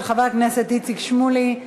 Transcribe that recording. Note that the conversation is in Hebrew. של חבר הכנסת איציק שמולי,